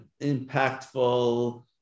impactful